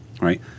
right